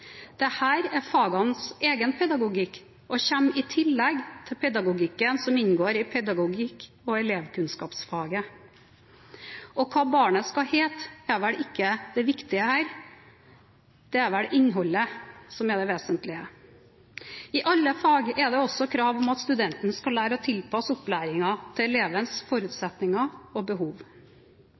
er fagenes egen pedagogikk og kommer i tillegg til pedagogikken som inngår i faget pedagogikk og elevkunnskapsfaget. Hva barnet skal hete, er ikke det viktige her – det er vel innholdet som er det vesentlige. I alle fag er det også krav om at studenten skal lære seg å tilpasse opplæringen til elevenes forutsetninger og behov.